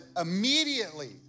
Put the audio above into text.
immediately